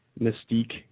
mystique